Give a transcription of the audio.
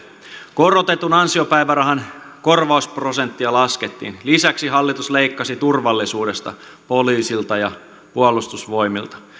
korotetun ansiopäivärahan korvausprosenttia laskettiin lisäksi hallitus leikkasi turvallisuudesta poliisilta ja puolustusvoimilta